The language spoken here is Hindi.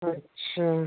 अच्छा